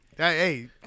Hey